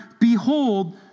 Behold